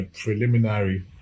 preliminary